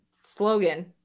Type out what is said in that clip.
slogan